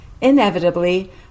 Inevitably